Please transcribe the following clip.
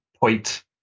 point